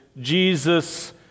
Jesus